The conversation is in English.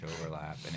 overlap